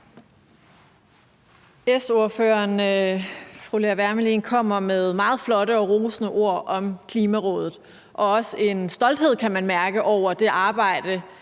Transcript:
S-ordføreren, fru Lea Wermelin, kommer med meget flotte og rosende ord om Klimarådet og har også en stolthed, kan man mærke, over det arbejde,